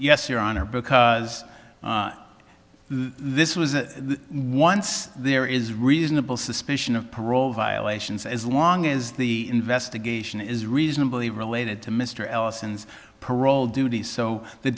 yes your honor because this was once there is reasonable suspicion of parole violations as long as the investigation is reasonably related to mr ellison's parole duties so the